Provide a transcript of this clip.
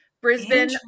Brisbane